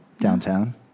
Downtown